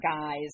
guys